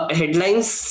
headlines